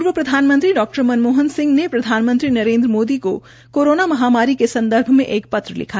पूर्व प्रधानमंत्री डॉ मनमोहन सिंह ने प्रधानमंत्री नरेन्द्र मोदी को कोरोना महामारी के संदर्भ में एक पत्र लिखा